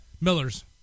Miller's